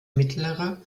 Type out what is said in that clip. mittlere